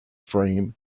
frame